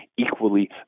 equally